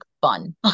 fun